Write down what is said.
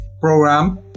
program